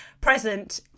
present